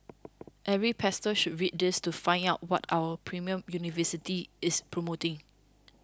every pastor should read this to find out what our premier university is promoting